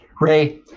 Ray